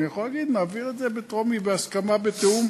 אני יכול לומר: נעביר את זה בטרומית בהסכמה ובתיאום,